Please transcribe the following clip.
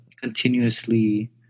continuously